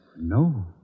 No